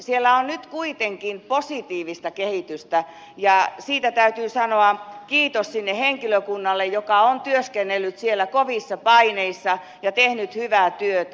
siellä on nyt kuitenkin positiivista kehitystä ja siitä täytyy sanoa kiitos sinne henkilökunnalle joka on työskennellyt siellä kovissa paineissa ja tehnyt hyvää työtä